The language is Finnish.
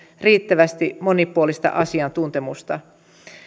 riittävästi monipuolista asiantuntemusta